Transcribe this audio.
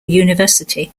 university